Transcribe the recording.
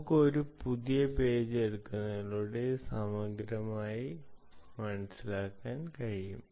നമുക്ക് ഒരു പുതിയ പേജ് എടുക്കുന്നതിലൂടെ ഇത് സമഗ്രമായി മനസ്സിലാക്കാൻ കഴിയും